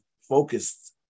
Focused